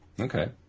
Okay